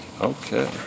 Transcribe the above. Okay